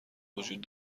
وجود